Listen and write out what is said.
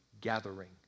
gathering